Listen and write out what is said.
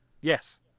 Yes